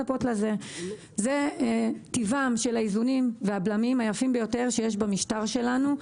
זה טיבם של האיזונים והבלמים היפים ביותר שיש במשטר שלנו.